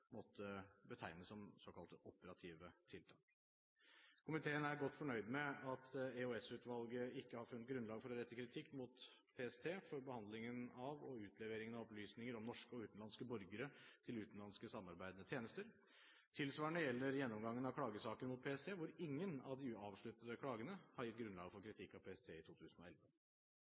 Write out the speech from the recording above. måtte betegne som såkalte operative tiltak. Komiteen er godt fornøyd med at EOS-utvalget ikke har funnet grunnlag for å rette kritikk mot PST for behandlingen av og utleveringen av opplysninger om norske og utenlandske borgere til utenlandske samarbeidende tjenester. Tilsvarende gjelder gjennomgangen av klagesaker mot PST, hvor ingen av de avsluttede klagene har gitt grunnlag for kritikk av PST i 2011.